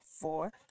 four